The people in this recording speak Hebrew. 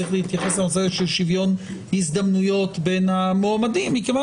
צריך להתייחס לנושא הזה של שוויון הזדמנויות בין המועמדים מכיוון